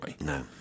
No